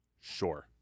sure